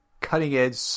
cutting-edge